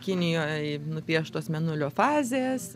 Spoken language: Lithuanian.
kinijoj nupieštos mėnulio fazės